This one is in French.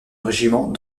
régiment